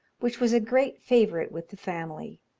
which was a great favourite with the family.